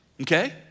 okay